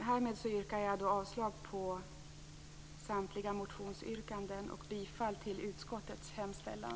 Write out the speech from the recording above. Härmed yrkar jag avslag på samtliga motionsyrkanden och bifall till utskottets hemställan.